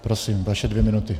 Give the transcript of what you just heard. Prosím, vaše dvě minuty.